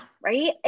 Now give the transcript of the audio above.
right